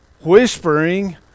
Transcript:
whispering